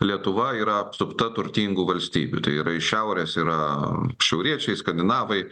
lietuva yra apsupta turtingų valstybių tai yra iš šiaurės yra šiauriečiai skandinavai